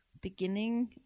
beginning